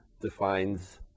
defines